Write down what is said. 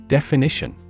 Definition